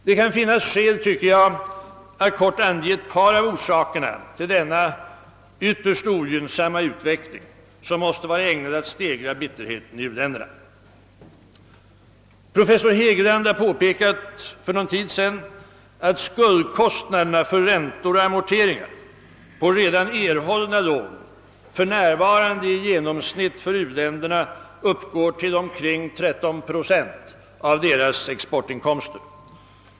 Det kan finnas skäl, tycker jag, att kort ange ett par av orsakerna till denna ytterst ogynnsamma utveckling som måste vara ägnad att stegra bitterheten 1 u-länderna. Professor Hegeland har påpekat för en tid sedan, att skuldkostnaderna för räntor och amorteringar på redan erhållna lån för närvarande i genomsnitt för u-länderna uppgår till omkring 13 procent av deras exportinkomster.